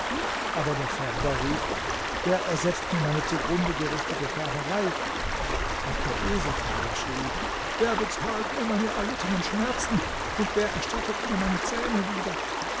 aber der färber rief wer ersetzt mir meine zugrunde gerichtete färberei auch der eseltreiber schrie wer bezahlt mir meine erlittenen schmerzen und wer erstattet mir meine zähne wieder